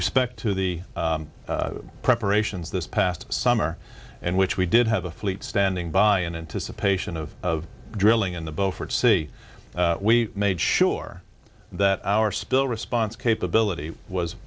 respect to the preparations this past summer in which we did have a fleet standing by in anticipation of drilling in the beaufort sea we made sure that our spill response capability was